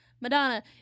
Madonna